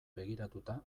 begiratuta